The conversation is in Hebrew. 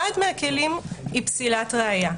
אחד מהכלים הוא פסילת ראיה.